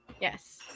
Yes